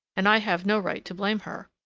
and i have no right to blame her.